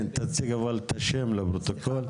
כן תציג אבל את השם לפרוטוקול.